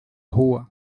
rua